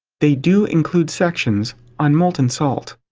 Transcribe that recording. they do include sections on molten salt.